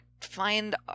find